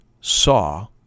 saw